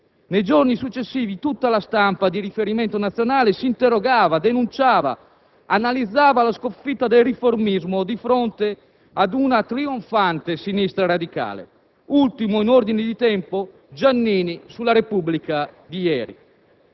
Nei giorni successivi, tutta la stampa di riferimento nazionale si interrogava, denunciava, analizzava la sconfitta del riformismo di fronte ad una trionfante sinistra radicale (ultimo, in ordine di tempo, Giannini, su «la Repubblica» di ieri).